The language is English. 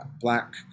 Black